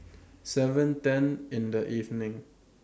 seven ten in The evening